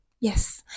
yes